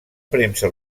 premsa